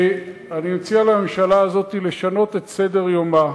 אני מציע לממשלה הזאת לשנות את סדר-יומה.